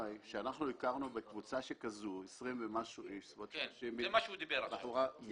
לרשות האוכלוסין ואני בטוח שכמו שהם טיפלו עד עכשיו הם